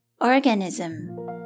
Organism